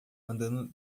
andando